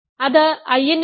അത് In ലാണ്